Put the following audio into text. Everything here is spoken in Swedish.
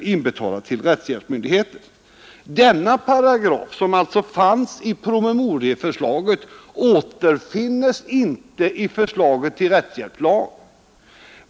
Denna paragraf, som alltså fanns i promemorieförslaget, återfinnes inte i förslaget till rättshjälpslag.